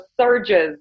surges